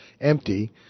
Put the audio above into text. empty